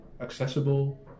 accessible